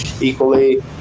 equally